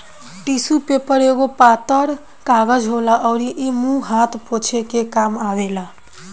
tissue paper एगो पातर कागज होला अउरी इ मुंह हाथ पोछे के काम आवेला